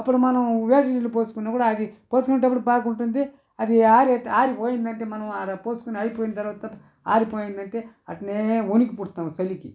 అప్పుడు మనము వేడి నీళ్లు పోసుకున్న కూడా అది పోసుకునేటప్పుడు బాగుంటుంది అది ఆరి ఆరిపోయిందంటే మనం పోసుకుని ఆరిపోయిన తర్వాత ఆరిపోయిందంటే అట్నే వణుకు పుడుతుంది చలికి